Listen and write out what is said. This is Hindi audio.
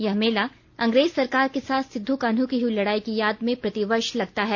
यह मेला अंग्रेज सरकार के साथ सिद्ध कान्हू की हुई लड़ाई की याद में प्रतिवर्ष लगता है